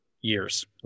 years